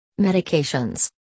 Medications